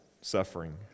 suffering